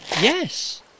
Yes